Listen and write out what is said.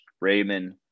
raymond